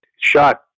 shot